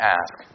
ask